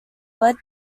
led